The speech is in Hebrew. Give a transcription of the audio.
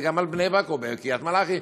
גם בבני ברק או בקריית מלאכי,